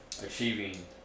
achieving